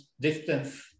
distance